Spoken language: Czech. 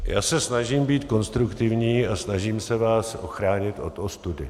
Já se snažím být konstruktivní a snažím se vás ochránit od ostudy.